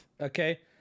okay